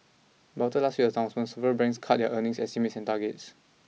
but after last week's announcement cut their earnings estimates and targets